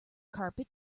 carpet